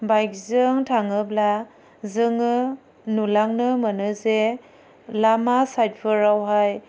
बाइकजों थाङोब्ला जोङो नुलांनो मोनो जे लामा साइटफोरावहाय